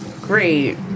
Great